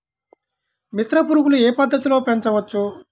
మిత్ర పురుగులు ఏ పద్దతిలో పెంచవచ్చు?